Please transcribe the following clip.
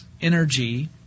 energy